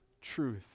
truth